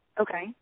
Okay